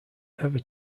ever